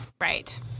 Right